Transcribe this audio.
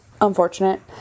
unfortunate